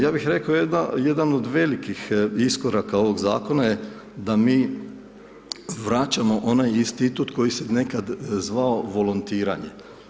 Ja bih rekao, jedan od velikih iskoraka ovog Zakona je da mi vraćamo onaj institut koji se nekad zvao volontiranje.